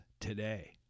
today